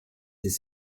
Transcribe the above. ist